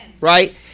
right